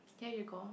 there you go